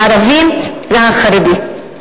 הערבים והחרדים.